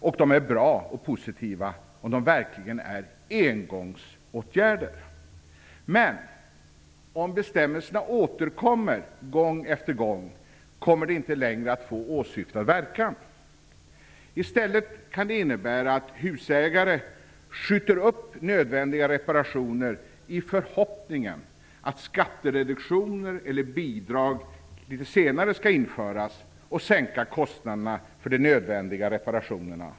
De kan vara bra och positiva om de verkligen är engångsåtgärder, men om bestämmelserna återkommer gång efter gång kommer de inte längre att få åsyftad verkan. I stället kan de innebära att husägare skjuter upp nödvändiga reparationer i förhoppningen att skattereduktioner eller bidrag litet senare skall införas och sänka kostnaderna för de nödvändiga reparationerna.